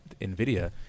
Nvidia